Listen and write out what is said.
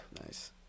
Nice